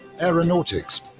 Aeronautics